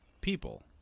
people